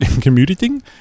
commuting